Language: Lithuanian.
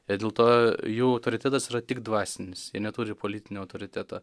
ir dėl to jų autoritetas yra tik dvasinis jie neturi politinio autoriteto